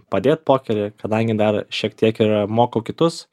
padėt pokery kadangi dar šiek tiek ir mokau kitus